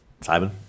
Simon